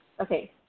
Okay